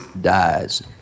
dies